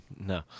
No